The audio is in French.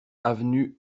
avenue